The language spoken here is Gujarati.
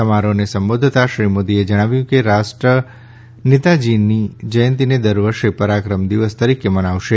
સમારોહને સંબોઘતા શ્રી મોદીએ જણાવ્યું કે રાષ્ટ્ર નેતાજીની જયંતિને દર વર્ષે પરાક્રમ દિવસ તરીકે મનાવશે